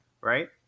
right